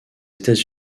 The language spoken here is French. états